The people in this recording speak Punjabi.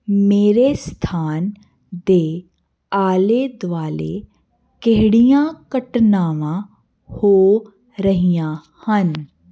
ਮੇਰੇ ਸਥਾਨ ਦੇ ਆਲੇ ਦੁਆਲੇ ਕਿਹੜੀਆਂ ਘਟਨਾਵਾਂ ਹੋ ਰਹੀਆਂ ਹਨ